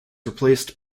replaced